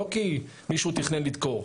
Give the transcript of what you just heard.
לא כי מישהו תכנן לדקור,